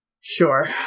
Sure